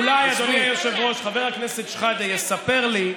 אולי, אדוני היושב-ראש, חבר הכנסת שחאדה יספר לי,